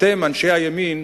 אתם, אנשי הימין,